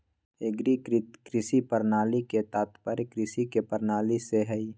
एग्रीकृत कृषि प्रणाली के तात्पर्य कृषि के प्रणाली से हइ